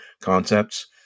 concepts